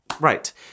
Right